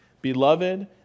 Beloved